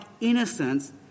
innocence